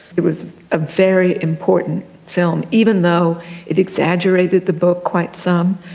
it was a very important film, even though it exaggerated the book quite some,